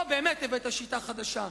פה באמת הבאת שיטה חדשה,